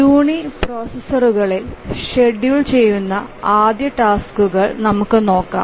യൂണിപ്രൊസസ്സറുകളിൽ schedule ചെയ്യുന്ന ആദ്യ ടാസ്ക്കുകൾ നമുക്ക് നോക്കാം